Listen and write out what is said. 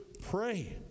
Pray